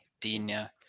Dina